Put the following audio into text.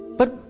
but